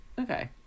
Okay